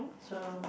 so